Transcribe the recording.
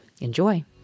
Enjoy